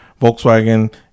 Volkswagen